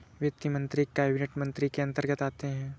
वित्त मंत्री कैबिनेट मंत्री के अंतर्गत आते है